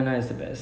ya